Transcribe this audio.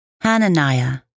Hananiah